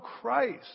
Christ